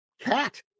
Cat